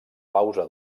pausa